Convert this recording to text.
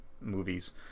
movies